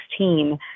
2016